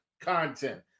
content